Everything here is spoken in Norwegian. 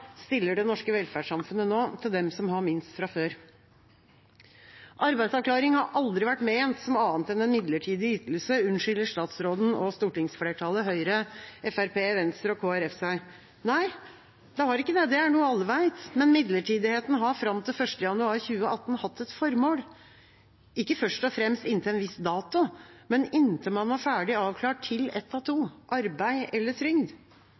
stiller det norske velferdssamfunnet nå til dem som har minst fra før. Arbeidsavklaringspenger har aldri vært ment som annet enn en midlertidig ytelse, unnskylder statsråden og stortingsflertallet seg – Høyre, Fremskrittspartiet, Venstre og Kristelig Folkeparti. Nei, det har ikke det, det er noe alle vet. Men midlertidigheten har fram til 1. januar 2018 hatt et formål, ikke først og fremst inntil en viss dato, men inntil man var ferdig avklart til ett av to – arbeid eller trygd.